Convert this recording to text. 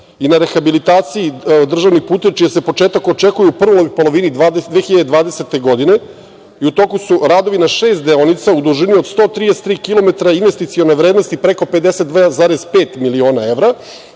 i na rehabilitaciji državnih puteva, čiji se početak očekuje u prvoj polovini 2020. godine. U toku su radovi na šest deonica u dužini od 130 km, investicione vrednosti preko 52,5 miliona evra.